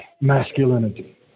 masculinity